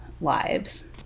lives